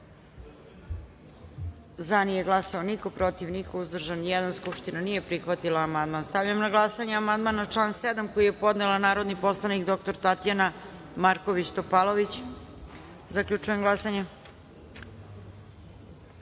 glasanje: za – niko, protiv – niko, uzdržan – jedan. Skupština nije prihvatila amandman. Stavljam na glasanje amandman na član 7. koji je podnela narodni poslanik dr Tatjana Marković-TopalovićZaključujem glasanje: